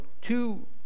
two